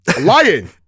lion